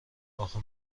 آخه